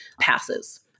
passes